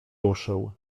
ruszył